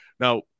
Now